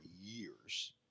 years